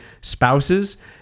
spouses